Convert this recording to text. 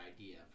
idea